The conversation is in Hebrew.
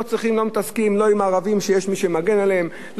לא מתעסקים עם ערבים שיש מי שמגן עליהם,